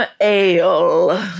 ale